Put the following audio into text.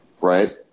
Right